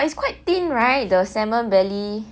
but it's quite thin right the salmon belly